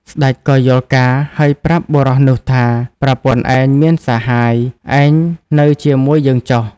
ស្ដេចក៏យល់ការណ៍ ហើយប្រាប់បុរសនោះថា “ប្រពន្ធឯងមានសហាយ ឯងនៅជាមួយយើងចុះ”។